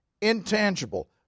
intangible